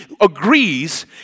agrees